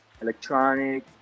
electronic